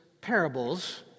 parables